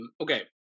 Okay